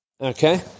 okay